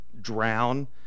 drown